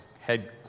head